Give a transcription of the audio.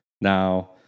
now